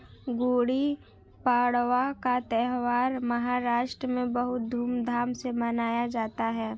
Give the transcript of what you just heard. गुड़ी पड़वा का त्यौहार महाराष्ट्र में बहुत धूमधाम से मनाया जाता है